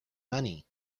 money